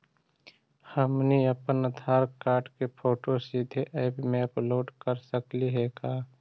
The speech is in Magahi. हमनी अप्पन आधार कार्ड के फोटो सीधे ऐप में अपलोड कर सकली हे का?